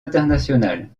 internationale